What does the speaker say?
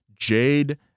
Jade